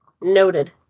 Noted